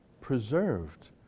preserved